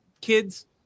kids